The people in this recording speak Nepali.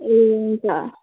ए हुन्छ